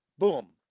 boom